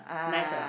nice or not